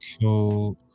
cool